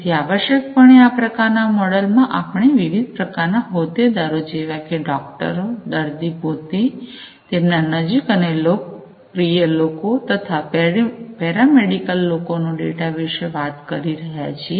તેથી આવશ્યકપણે આ પ્રકારના મોડલ માં આપણે વિવિધ પ્રકારના હોદ્દેદારો જેવા કે ડૉક્ટરો દર્દી પોતે તેમના નજીક અને પ્રિય લોકો તથા પેરામેડીકલ લોકોનો ડેટા વિશે વાત કરી રહ્યા છીએ